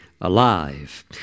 alive